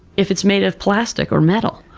if it's made of plastic or metal.